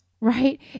right